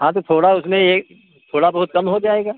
हाँ तो थोड़ा उसमें ये थोड़ा बहुत कम हो जाएगा